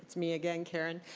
me again, karen.